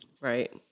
Right